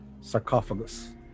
sarcophagus